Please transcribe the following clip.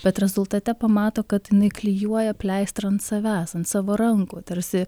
bet rezultate pamato kad jinai klijuoja pleistrą ant savęs ant savo rankų tarsi